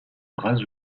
bras